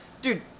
dude